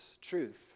truth